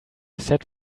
said